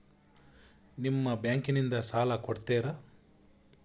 ನಿಮ್ಮ ಬ್ಯಾಂಕಿನಿಂದ ಸಾಲ ಕೊಡ್ತೇರಾ?